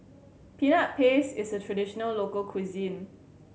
Peanut Paste is a traditional local cuisine